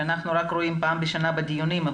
מה שאנחנו רואים פעם בשנה בדיונים.